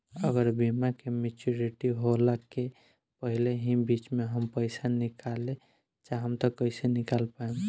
अगर बीमा के मेचूरिटि होला के पहिले ही बीच मे हम पईसा निकाले चाहेम त कइसे निकाल पायेम?